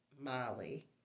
Molly